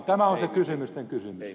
tämä on se kysymysten kysymys